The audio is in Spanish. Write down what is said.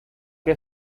que